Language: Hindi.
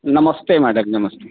नमस्ते मैडम नमस्ते